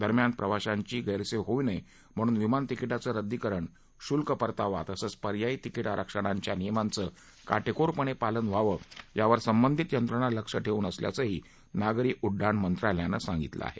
दरम्यान प्रवाशांची गैरसोय होऊ नये म्हणून विमान तिकीटांचं रद्दीकरण शुल्क परतावा तसंच पर्यायी तिकीट आरक्षणाच्या नियमांचं काटेकोरपणे पालन व्हावं यावर संबंधीत यंत्रणा लक्ष ठेवून असल्याचंही नागरी उड्डाण मंत्रालयानं सांगितलं आहे